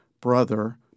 brother